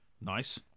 Nice